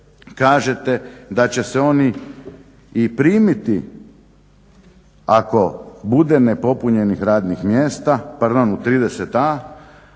kažete da će se oni i primiti ako bude nepopunjenih radnih mjesta, pardon u 30.a